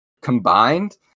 combined